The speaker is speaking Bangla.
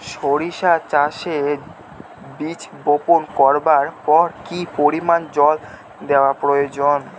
সরিষা চাষে বীজ বপন করবার পর কি পরিমাণ জল দেওয়া প্রয়োজন?